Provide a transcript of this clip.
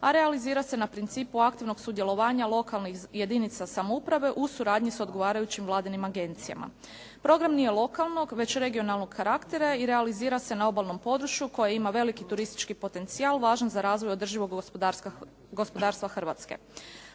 a realizira se na principu aktivnog sudjelovanja lokalnih jedinica samouprave u suradnji sa odgovarajućim Vladinim agencijama. Program nije lokalnog već regionalnog karaktera i realizira se na obalnom području koji ima veliki turistički potencijal, važan za razvoj održivog gospodarstva Hrvatske.